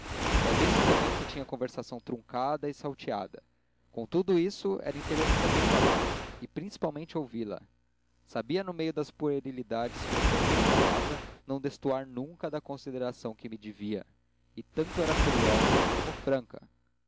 já disse também que tinha a conversação trancada e salteada com tudo isso era interessante falar-lhe e principalmente ouvi-la sabia no meio das puerilidades freqüentes da palavra não destoar nunca da consideração que me devia e tanto era curiosa como franca